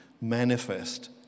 manifest